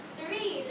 Three